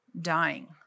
dying